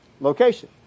Location